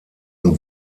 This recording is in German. und